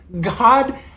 God